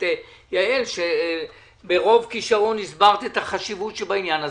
את יעל שברוב כישרון הסברת את החשיבות בעניין.